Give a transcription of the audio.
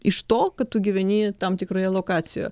iš to kad tu gyveni tam tikroje lokacijoje